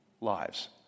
lives